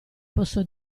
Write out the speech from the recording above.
posso